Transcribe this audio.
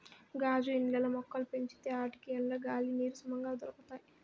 గాజు ఇండ్లల్ల మొక్కలు పెంచితే ఆటికి ఎండ, గాలి, నీరు సమంగా దొరకతాయి